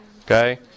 Okay